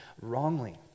wrongly